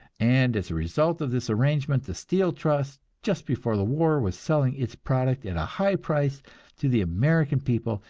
and as a result of this arrangement the steel trust just before the war was selling its product at a high price to the american people,